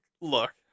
look